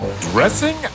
Dressing